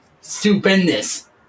stupendous